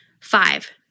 Five